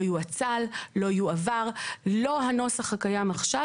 לא יואצל או לא יועבר - לא הנוסח הקיים עכשיו,